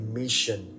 mission